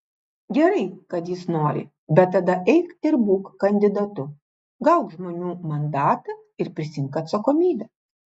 gerai kad jis nori bet tada eik ir būk kandidatu gauk žmonių mandatą ir prisiimk atsakomybę